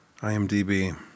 IMDb